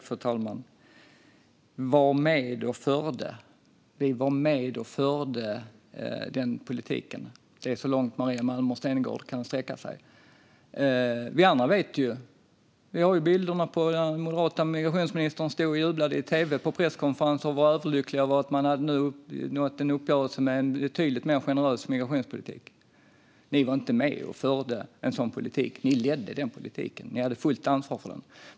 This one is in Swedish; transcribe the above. Fru talman! "Var med och förde", säger Maria Malmer Stenergard. Att Moderaterna "var med och förde" den politiken är så långt Maria Malmer Stenergard kan sträcka sig. Vi andra vet ju hur det var. Vi har bilderna på hur den moderata migrationsministern stod och jublade i tv på presskonferensen och var överlycklig över att man nu hade nått en uppgörelse om en betydligt mer generös migrationspolitik. Det var inte så att ni "var med och förde" en sådan politik, Maria Malmer Stenergard. Ni ledde den politiken. Ni hade fullt ansvar för den.